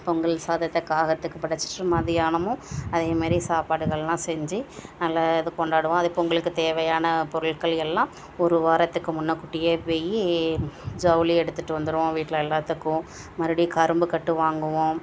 பொங்கல் சாதத்தை காகத்துக்கு படைச்சிட்டு மதியானமும் அதேமாரி சாப்பாடுகள்லாம் செஞ்சு அதில் இது கொண்டாடுவோம் அதே பொங்கலுக்கு தேவையான பொருட்கள் எல்லாம் ஒரு வாரத்துக்கு முன்கூட்டியே போய் ஜவுளி எடுத்துட்டு வந்துடுவோம் வீட்டில் எல்லாத்துக்கும் மறுபடி கரும்பு கட்டு வாங்குவோம்